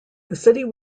city